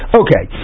okay